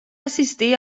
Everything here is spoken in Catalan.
assistir